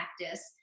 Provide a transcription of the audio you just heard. practice